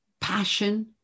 passion